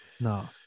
No